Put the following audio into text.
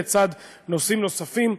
לצד נושאים נוספים,